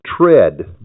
tread